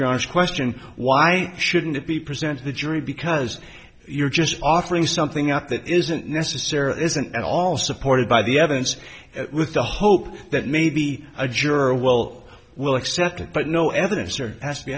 josh question why shouldn't it be present to the jury because you're just offering something up that isn't necessarily isn't at all supported by the evidence with the hope that maybe a juror well will accept it but no evidence or has to be